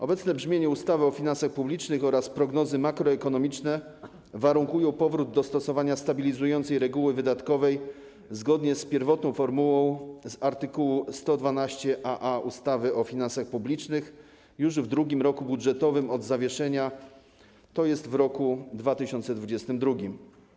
Obecne brzmienie ustawy o finansach publicznych oraz prognozy makroekonomiczne warunkują powrót do stosowania stabilizującej reguły wydatkowej zgodnie z pierwotną formułą z art. 112aa ustawy o finansach publicznych już w drugim roku budżetowym od zawieszenia, tj. w roku 2022.